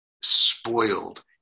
spoiled